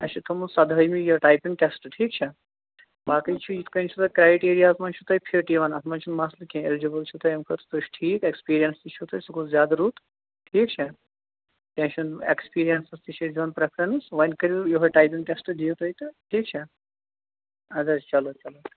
اَسہِ چھُ تھومُت سدہٲیمہِ یہِ ٹایپِنٛگ ٹیسٹ ٹھیٖک چھا باقٕے چھُ یِتھ کٔنۍ چھُ تۄہہِ کرٛایٹ ایریاہَس منٛز چھُو تۄہہِ فِٹ یِوان اَتھ منٛز چھُنہٕ مَسلہٕ کیٚنٛہہ اٮ۪لجِبٕل چھِو تۄہہِ اَمہِ خٲطرٕ تُہۍ چھُو ٹھیٖک ایٚکٕسپیٖرینٕس تہِ چھُو تۄہہِ سُہ گوٚو زیادٕ رُت ٹھیٖک چھا کیٚنٛہہ چھُنہٕ ایٚکٕسپیٖریَنسَس تہِ چھِ أسۍ دِوَن پرٛٮ۪فرَنٕس وَنۍ کٔرِو یِہوے ٹایپِنٛگ ٹٮ۪سٹ دِیِو تُہۍ تہٕ ٹھیٖک چھا اَدٕ حظ چلو چلو